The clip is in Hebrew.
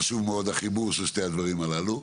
דווקא חשוב מאוד החיבור של שני הדברים הללו.